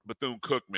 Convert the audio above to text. Bethune-Cookman